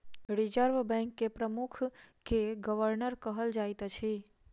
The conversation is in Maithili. रिजर्व बैंक के प्रमुख के गवर्नर कहल जाइत अछि